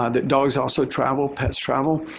ah that dogs also travel, pets travel.